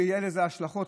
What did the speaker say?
יהיו לזה השלכות,